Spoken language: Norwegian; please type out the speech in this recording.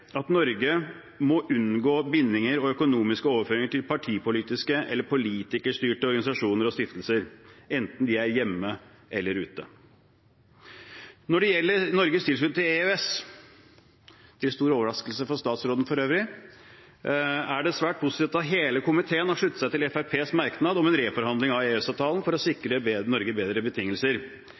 at Norge må unngå bindinger og økonomiske overføringer til partipolitiske eller politikerstyrte organisasjoner og stiftelser, enten de er hjemme eller ute. Når det gjelder Norges tilknytning til EØS – til stor overraskelse for statsråden, for øvrig – er det svært positivt at hele komiteen har sluttet seg til Fremskrittspartiets merknad om en reforhandling av EØS-avtalen for å sikre Norge bedre betingelser.